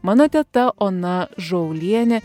mano teta ona žaulienė